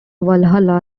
valhalla